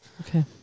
Okay